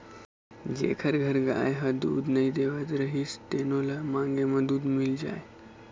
जेखर घर गाय ह दूद नइ देवत रहिस तेनो ल मांगे म दूद मिल जाए